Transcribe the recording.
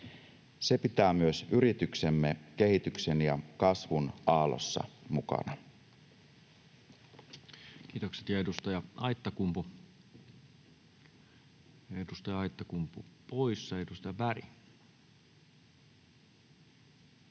Se pitää myös yrityksemme kehityksen ja kasvun aallossa mukana. Kiitokset. — Ja edustaja Aittakumpu, edustaja Aittakumpu poissa. — Edustaja Berg.